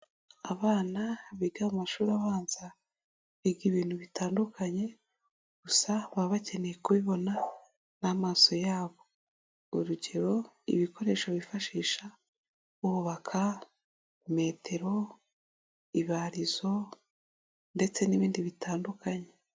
Abana biga mu mashuri abanza biga ibintu bitandukanye gusa baba bakeneye kubibona n'amaso yabo urugero ibikoresho bifashisha bubaka; metero, ibarizo ndetse n'ibindi bitandukanye.